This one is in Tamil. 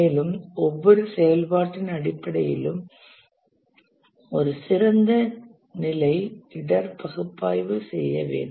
மேலும் ஒவ்வொரு செயல்பாட்டின் அடிப்படையிலும் ஒரு சிறந்த நிலை இடர் பகுப்பாய்வு செய்ய வேண்டும்